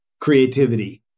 creativity